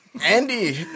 Andy